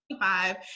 five